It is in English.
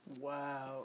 Wow